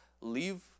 leave